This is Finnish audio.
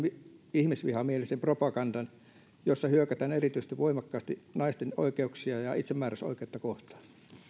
ihmisvihamieliseen propagandaan jossa hyökätään erityisesti voimakkaasti naisten oikeuksia ja itsemääräämisoikeutta kohtaan